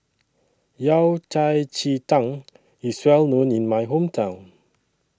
Yao Cai Ji Tang IS Well known in My Hometown